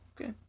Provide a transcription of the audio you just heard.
Okay